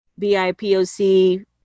BIPOC